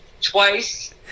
twice